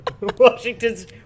Washington's